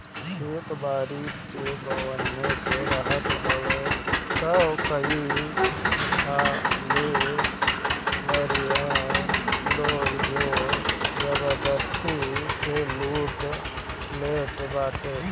खेत बारी जे बान्हे रखत हवे तअ कई हाली बरियार लोग जोर जबरजस्ती से लूट लेट बाटे